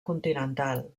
continental